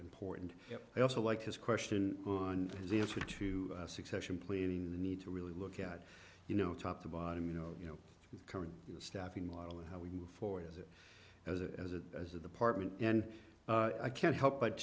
important i also like his question on the answer to succession planning the need to really look at you know top to bottom you know you know current staffing model of how we move forward as it as a as the partner and i can't help but